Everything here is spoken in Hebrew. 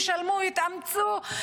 ישלמו ויתאמצו,